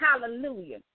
hallelujah